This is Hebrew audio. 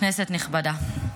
כנסת נכבדה,